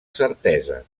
certesa